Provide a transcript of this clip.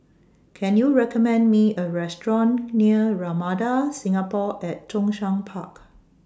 Can YOU recommend Me A Restaurant near Ramada Singapore At Zhongshan Park